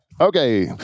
Okay